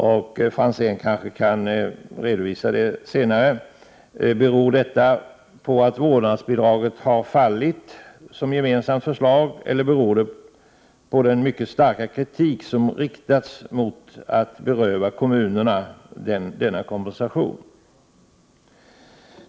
Ivar Franzén kanske senare kan redovisa om det beror på att vårdnadsbidraget har fallit som gemensamt förslag eller om det beror på den mycket starka kritik som riktats mot att beröva kommunerna denna kompensation.